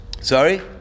Sorry